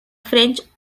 french